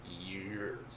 Years